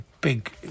big